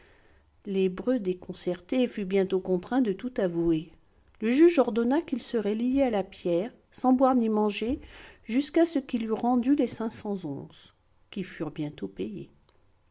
l'hébreu déconcerté fut bientôt contraint de tout avouer le juge ordonna qu'il serait lié à la pierre sans boire ni manger jusqu'à ce qu'il eût rendu les cinq cents onces qui furent bientôt payées